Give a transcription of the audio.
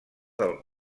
del